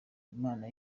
imana